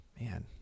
man